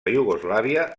iugoslàvia